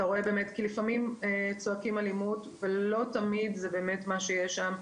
לפעמים צועקים אלימות וזה לא תמיד מה שיש שם.